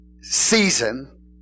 season